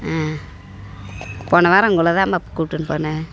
போன வாரம் உங்களை தான்பா கூப்பிட்டுன்னு போனேன்